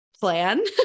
plan